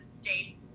date